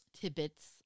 tidbits